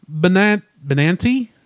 Benanti